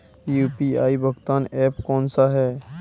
UPI भुगतान app कौन सा है?